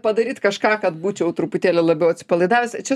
padaryt kažką kad būčiau truputėlį labiau atsipalaidavęs čia